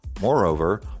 Moreover